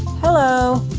hello.